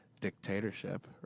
dictatorship